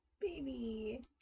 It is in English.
baby